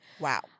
Wow